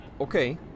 okay